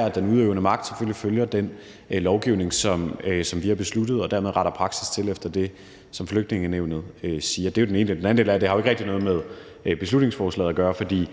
at den udøvende magt selvfølgelig følger den lovgivning, som vi har besluttet, og dermed retter praksis til efter det, som Flygtningenævnet siger. Det er den ene del. Den anden del er, at det ikke rigtig har noget med beslutningsforslaget at gøre.